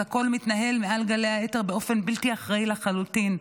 אז הכול מתנהל מעל גלי האתר באופן בלתי אחראי לחלוטין.